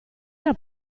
era